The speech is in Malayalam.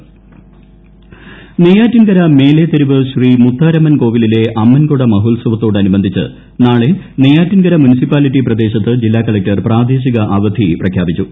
പ്രാദേശിക അവധി നെയ്യാറ്റിൻകര മേലേ തെരുവ് ശ്രീ മുത്താരമ്മൻ കോവിലിലെ അമ്മൻകൊട മഹോത്സവത്തോടനുബന്ധിച്ച് നാളെ നെയ്യാറ്റിൻകര മുൻസിപ്പാലിറ്റി പ്രദേശത്ത് ജില്ലാ കളക്ടർ പ്രാദേശിക അവധി പ്രഖ്യാപിച്ചു